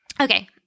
Okay